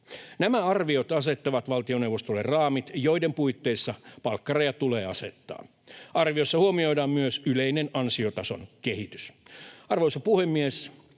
Nämä arviot asettavat valtioneuvostolle raamit, joiden puitteissa palkkaraja tulee asettaa. Arviossa huomioidaan myös yleinen ansiotason kehitys. Arvoisa puhemies!